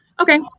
okay